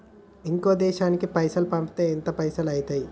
ఇంకో దేశానికి పైసల్ పంపితే ఎంత పైసలు అయితయి?